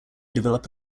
develop